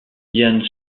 jan